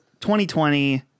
2020